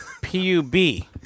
P-U-B